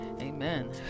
amen